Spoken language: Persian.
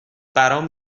برام